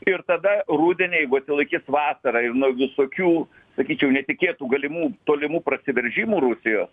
ir tada rudenį jeigu atsilaikys vasarą ir nuo visokių sakyčiau netikėtų galimų tolimų prasiveržimų rusijos